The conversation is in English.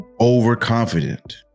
overconfident